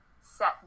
set